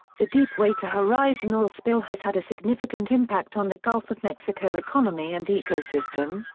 the deepwater horizon oil spill has had a significant impact on the gulf of mexico economy and ecosystem,